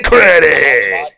Credit